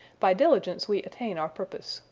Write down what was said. by diligence we attain our purpose.